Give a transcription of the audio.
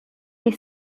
les